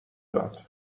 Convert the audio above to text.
داد